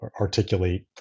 articulate